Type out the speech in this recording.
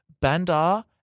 Bandar